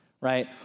right